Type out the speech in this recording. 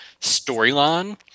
storyline